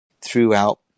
throughout